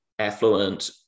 affluent